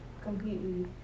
completely